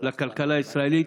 לכלכלה הישראלית.